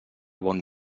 bon